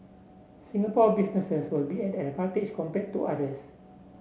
Singapore businesses will be at an advantage compared to others